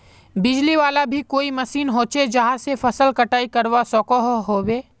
बिजली वाला भी कोई मशीन होचे जहा से फसल कटाई करवा सकोहो होबे?